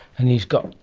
and he's got,